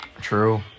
True